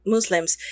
Muslims